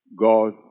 God